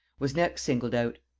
was next singled out.